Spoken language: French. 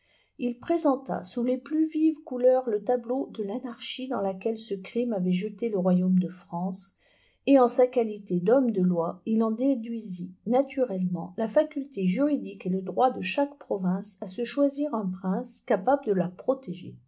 il préseuta sous les plus vives couleurs le tableau de l'anarchie dans laquelle ce crime avait jeté le royaume de france et en sa qualité d'homme de loi il en déduisit naturellement la faculté juridique et le droit de chaque province à se choisir un prince capable de la protéger